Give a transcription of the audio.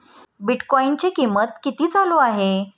बिटकॉइनचे कीमत किती चालू आहे